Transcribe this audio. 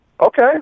Okay